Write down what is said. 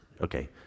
Okay